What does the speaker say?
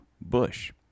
Bush